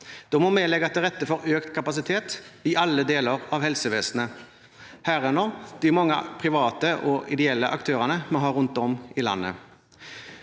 Da må vi legge til rette for økt kapasitet i alle deler av helsevesenet, herunder de mange private og ideelle aktørene vi har rundt om i landet.